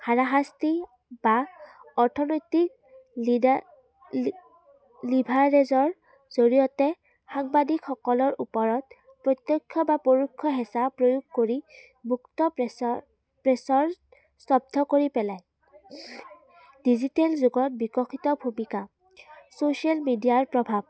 হাৰাশাস্তি বা অৰ্থনৈতিক লিডা লি লিভাৰেজৰ জৰিয়তে সাংবাদিকসকলৰ ওপৰত প্ৰত্যক্ষ বা পৰোক্ষ হেঁচা প্ৰয়োগ কৰি মুক্ত প্ৰেছৰ প্ৰেছৰ স্তব্ধ কৰি পেলায় ডিজিটেল যুগত বিকশিত ভূমিকা ছ'চিয়েল মিডিয়াৰ প্ৰভাৱ